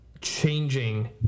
changing